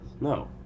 No